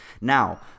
now